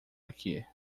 aqui